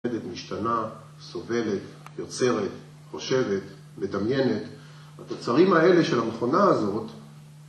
משתנה, סובלת, יוצרת, חושבת, מדמיינת. התוצרים האלה של המכונה הזאת..